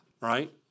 right